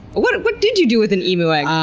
what did what did you do with an emu egg?